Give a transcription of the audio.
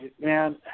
man